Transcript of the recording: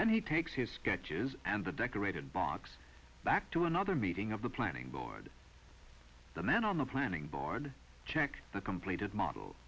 then he takes his sketches and the decorated box back to another meeting of the planning board the man on the planning board check the completed model